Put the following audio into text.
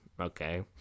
okay